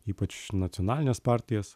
ypač nacionalines partijas